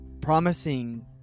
promising